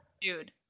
Dude